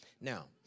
now